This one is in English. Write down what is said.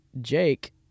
Jake